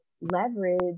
leverage